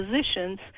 positions